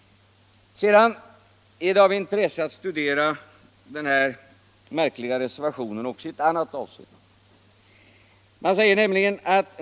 Det är av intresse att studera den märkliga reservationen 55 också i ett annat avseende.